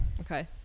Okay